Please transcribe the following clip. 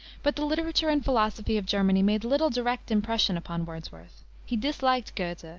but the literature and philosophy of germany made little direct impression upon wordsworth. he disliked goethe,